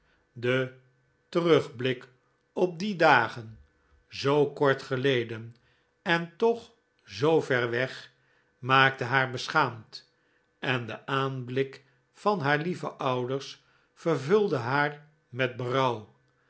de terugblik op die dagen zoo kort geleden en toch zoo ver weg maakte haar beschaamd en de aanblik van haar lieve ouders vervulde haar met